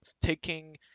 taking